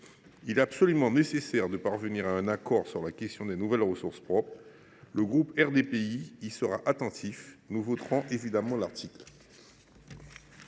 Il est absolument nécessaire de parvenir à un accord sur la question des nouvelles ressources propres. Le groupe RDPI y sera attentif. Nous voterons évidemment cet article